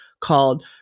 called